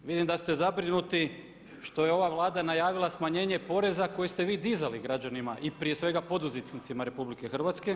Vidim da ste zabrinuti što je ova Vlada najavila smanjenje poreza koje ste vi dizali građanima i prije svega poduzetnicima RH.